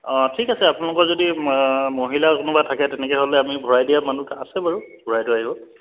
অঁ ঠিক আছে আপোনালোকৰ যদি মহিলা কোনোবা থাকে তেনেকৈ হ'লে আমি ভৰাই দিয়া মানুহ আছো বাৰু ভৰাই থৈ আহিব